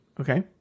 Okay